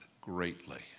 greatly